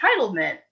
entitlement